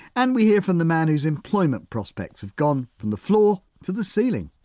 and we hear from the man whose employment prospects have gone from the floor to the ceiling.